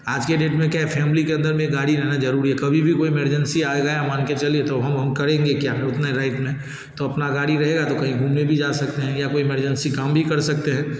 आज के डेट में क्या है फ़ैमली के अंदर में गाड़ी रहना ज़रूरी है कभी भी कोई मेरजेंसी आ गया मान के चलिए तो हम करेंगे क्या तो अपना गाड़ी रहेगा तो कहीं घूमने भी जा सकते हैं या कोई इमरजेंसी काम भी कर सकते हैं